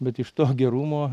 bet iš to gerumo